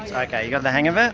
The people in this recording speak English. like you know the hang of it?